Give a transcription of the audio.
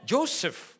Joseph